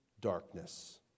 darkness